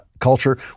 culture